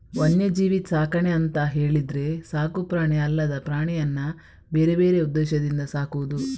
ವನ್ಯಜೀವಿ ಸಾಕಣೆ ಅಂತ ಹೇಳಿದ್ರೆ ಸಾಕು ಪ್ರಾಣಿ ಅಲ್ಲದ ಪ್ರಾಣಿಯನ್ನ ಬೇರೆ ಬೇರೆ ಉದ್ದೇಶದಿಂದ ಸಾಕುದು